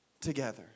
together